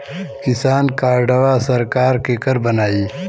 किसान कार्डवा सरकार केकर बनाई?